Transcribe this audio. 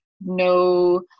no